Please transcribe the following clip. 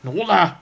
no lah